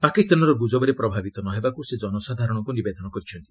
ପାକିସ୍ତାନର ଗୁଜବରେ ପ୍ରଭାବିତ ନ ହେବାକୁ ସେ ଜନସାଧାରଣଙ୍କୁ ନିବେଦନ କରିଛନ୍ତି